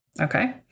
Okay